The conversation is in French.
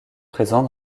présent